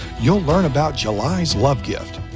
you'll learn about july's love gift.